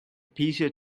bezier